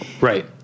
right